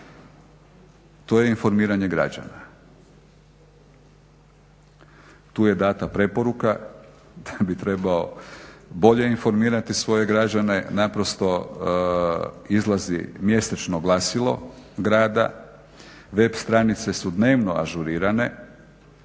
to je informiranje građana. Tu je data preporuka da bih trebao bolje informirati svoje građane, naprosto izlazi mjesečno glasilo grada, web stranice su dnevno ažurirane,